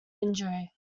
injury